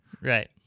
Right